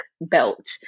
belt